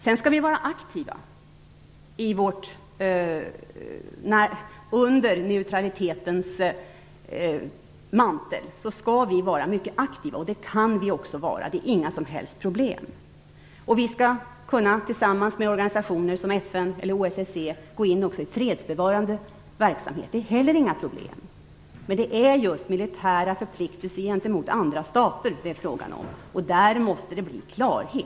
Vi skall vara mycket utrikespolitiskt aktiva under neutralitetens mantel, och det kan vi också vara. Vi skall tillsammans med organisationer som FN eller OSSE gå in också i fredsbevarande verksamhet. Det är heller inga problem. Men det är just militära förpliktelser gentemot andra stater som frågan gäller och där måste det bli klarhet.